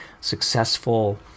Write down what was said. successful